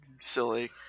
silly